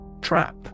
Trap